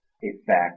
effect